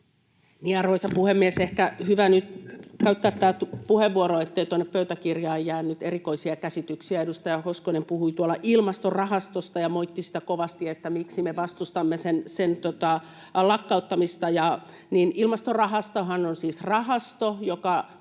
Arvoisa puhemies! On ehkä hyvä nyt käyttää tämä puheenvuoro, ettei tuonne pöytäkirjaan jää erikoisia käsityksiä. Edustaja Hoskonen puhui tuolla Ilmastorahastosta ja moitti kovasti sitä, miksi me vastustamme sen lakkauttamista. Ilmastorahastohan on siis rahasto, joka